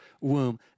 womb